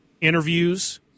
interviews